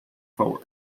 forward